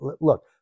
Look